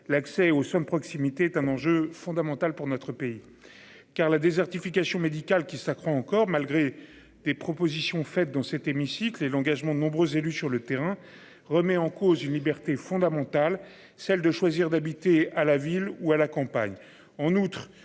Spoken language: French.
l'accès aux soins proximité est un enjeu fondamental pour notre pays car la désertification médicale qui s'accroît encore malgré des propositions faites dans cet hémicycle et l'engagement de nombreux élus sur le terrain remet en cause une liberté fondamentale, celle de choisir d'habiter à la ville ou à la campagne.